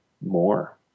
more